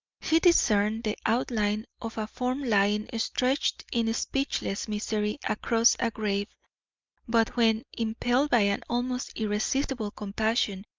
he discerned the outline of a form lying stretched in speechless misery across a grave but when, impelled by an almost irresistible compassion,